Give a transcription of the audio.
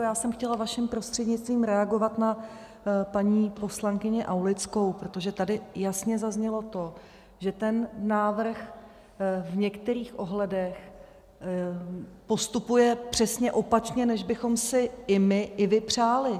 Já jsem chtěla vaším prostřednictvím reagovat na paní poslankyni Aulickou, protože tady jasně zaznělo to, že ten návrh v některých ohledech postupuje přesně opačně, než bychom si i my, i vy přáli.